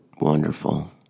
wonderful